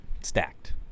Stacked